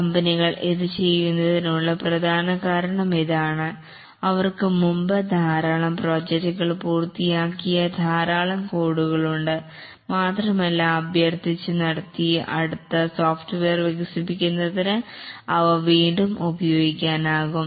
കമ്പനികൾ ഇത് ചെയ്യുന്നതിനുള്ള പ്രധാന കാരണം ഇതാണ് അവർക്ക് മുമ്പ് ധാരാളം പ്രോജക്റ്റുകൾ പൂർത്തിയാക്കിയ ധാരാളം കോഡുകൾ ഉണ്ട് മാത്രമല്ല അഭ്യർത്ഥിച്ച് അടുത്ത സോഫ്റ്റ്വെയർ വികസിപ്പിക്കുന്നതിന് അവ വീണ്ടും ഉപയോഗിക്കാനാകും